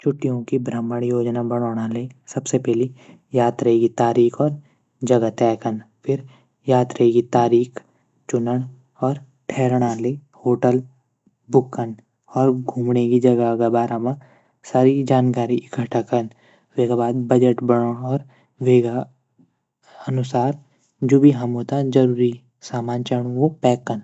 छुट्टियों भ्रमण योजना बणोली सबसे पैली यात्रा तारीख और जगह तैय कन फिर यात्रा तारीख और जगह चुनण होटल बुक कन घुमण जगह बारा म सारी जानकारी इकट्ठा कन वेक बाद बजट बणान और वेका अनुसार जू भी हमतै जरूरी सामान ऊ पैक कन।